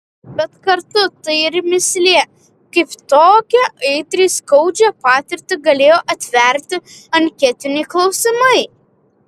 bet kartu tai ir mįslė kaip tokią aitriai skaudžią patirtį galėjo atverti anketiniai klausimai